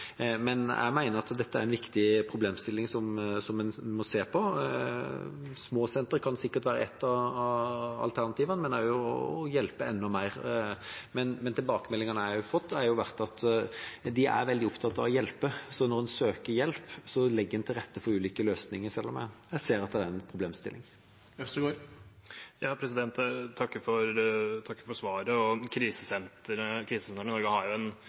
men jeg mener dette er en viktig problemstilling en må se på. Små sentre kan sikkert være et av alternativene, men også å hjelpe enda mer. Tilbakemeldingene jeg har fått, er at de er veldig opptatt av å hjelpe, så når noen søker hjelp, legger en til rette for ulike løsninger, men jeg ser at det er en problemstilling. Jeg takker for svaret. Krisesentrene i Norge har en spesiell historie. Det har vært en krisesenterbevegelse som i stor grad på ideelt grunnlag har opprettet krisesentre rundt omkring i landet, og så har dette blitt overtatt som en